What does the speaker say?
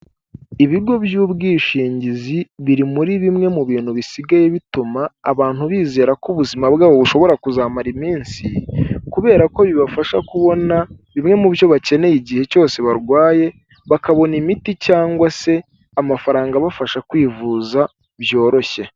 Ibigo by'ubwishingizi biri muri bimwe mu bintu bisigaye bituma abantu bizera ko ubuzima bwabo bushobora kuzamara iminsi kubera ko bibafasha kubona bimwe mu byo bakeneye igihe cyose barwaye bakabona imiti cyangwa se amafaranga abafasha kwivuza byoroshye.